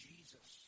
Jesus